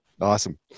Awesome